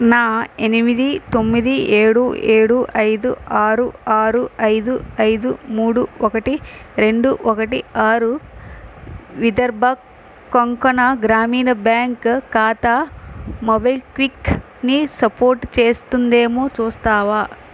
నా ఎనిమిది తొమ్మిది ఏడు ఏడు ఐదు ఆరు ఆరు ఐదు ఐదు మూడు ఒకటి రెండు ఒకటి ఆరు విదర్భ కొంకణ గ్రామీణ బ్యాంక్ ఖాతా మోబిక్విక్ని సపోర్టు చేస్తుందేమో చూస్తావా